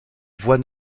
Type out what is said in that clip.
voie